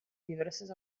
diverses